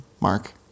Mark